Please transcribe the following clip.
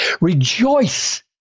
Rejoice